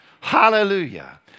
Hallelujah